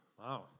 Wow